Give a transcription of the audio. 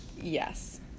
Yes